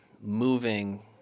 moving